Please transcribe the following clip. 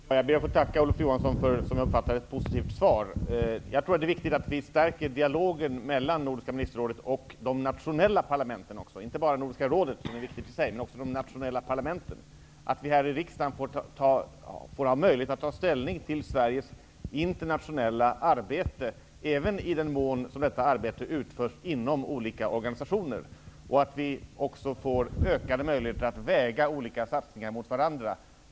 Herr talman! Jag ber att få tacka Olof Johansson för ett, som jag uppfattade det, positivt svar. Jag tror att det är viktigt att vi stärker dialogen mellan Nordiska ministerrådet och inte bara Nordiska rådet, vilket är viktigt i och för sig, utan också de nationella parlamenten. Det är angeläget att vi här i riksdagen får möjlighet att ta ställning till Sveriges internationella arbete även i den mån som detta arbete utförs inom olika organisationer och att vi också får ökade möjligheter att väga olika satsningar mot varandra.